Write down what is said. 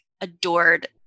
adored